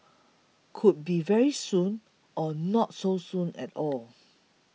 could be very soon or not so soon at all